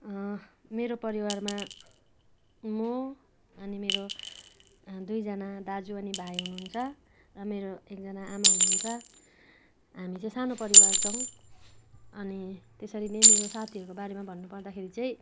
मेरो परिवारमा म अनि मेरो दुईजना दाजु अनि भाइ हुनुहुन्छ र मेरो एकजना आमा हुनुहुन्छ हामी चैँ सानो परिवार छौँ अनि त्यसरी नै मेरो साथीहरूको बारेमा भन्नुपर्दाखेरि चैँ